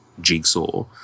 Jigsaw